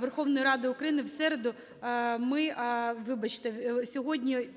Верховної Ради України в середу ми… вибачте, сьогодні